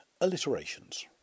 Alliterations